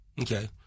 Okay